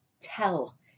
tell